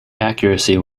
accuracy